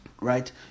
Right